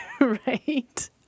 Right